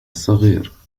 الصغير